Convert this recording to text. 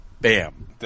Bam